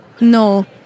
no